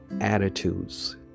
attitudes